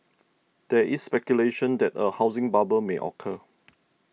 there is speculation that a housing bubble may occur